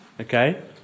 Okay